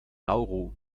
nauru